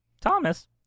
Thomas